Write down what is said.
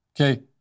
okay